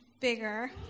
bigger